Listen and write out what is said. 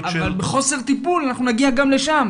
--- אבל בחוסר טיפות אנחנו נגיע גם לשם,